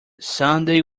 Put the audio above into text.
sunday